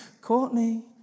Courtney